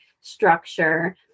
structure